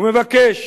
ומבקש